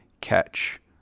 catch